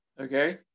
okay